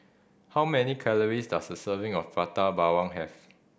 how many calories does a serving of Prata Bawang have